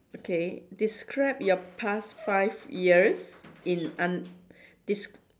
okay describe your past five years in un~ des~